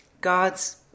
God's